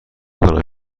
کنم